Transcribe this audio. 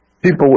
People